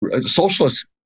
Socialist